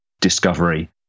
discovery